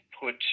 put